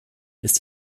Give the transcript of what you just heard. ist